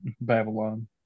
Babylon